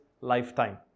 lifetime